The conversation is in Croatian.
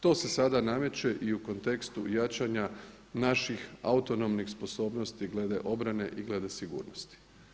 To se sada nameće i u kontekstu jačanja naših autonomnih sposobnosti glede obrane i glede sigurnosti.